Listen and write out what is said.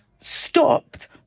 stopped